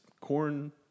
corn